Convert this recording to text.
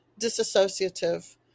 disassociative